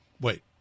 Wait